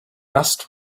asked